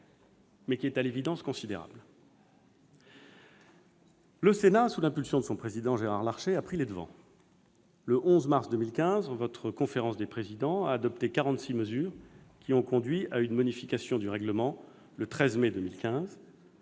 mais qui, à l'évidence, sera considérable. Le Sénat, sous l'impulsion de son président Gérard Larcher, a pris les devants. Le 11 mars 2015, votre conférence des présidents a adopté 46 mesures qui ont conduit à une modification du règlement du Sénat le 13 mai 2015